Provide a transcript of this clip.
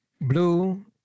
blue